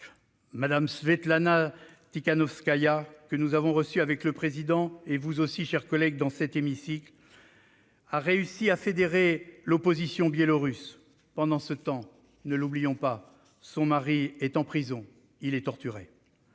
Mme Svetlana Tikhanovskaïa, que nous avons reçue avec le président Larcher et vous aussi, mes chers collègues, dans cet hémicycle, a réussi à fédérer l'opposition biélorusse. Pendant ce temps- ne l'oublions pas -, son mari est en prison, où il est torturé.